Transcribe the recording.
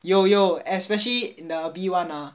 有有 especially in the B one ah